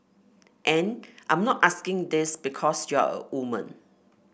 and I'm not asking this because you're a woman